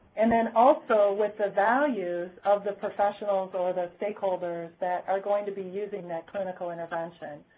and then also with the values of the professionals or the stakeholders that are going to be using that clinical intervention.